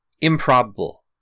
improbable